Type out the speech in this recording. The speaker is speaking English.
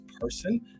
person